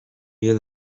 you